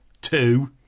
two